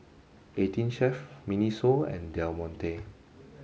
eighteen Chef Miniso and Del Monte